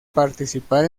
participar